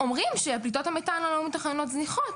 אומרים שפליטות המתאן הלא מתוכננות זניחות,